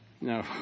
No